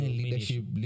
leadership